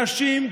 נשים,